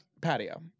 patio